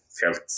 felt